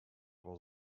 was